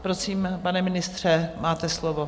Prosím, pane ministře, máte slovo.